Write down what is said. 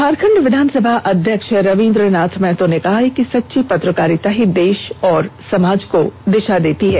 झारखंड विधानसभा अध्यक्ष रवींद्रनाथ महतो ने कहा है कि सच्ची पत्रकारिता ही देश और समाज को दिशा देती है